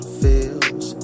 feels